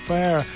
Fair